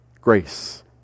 grace